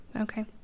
Okay